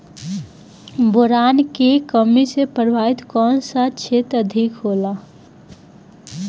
Boron के कमी से प्रभावित कौन सा क्षेत्र अधिक होला?